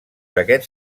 aquests